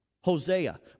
Hosea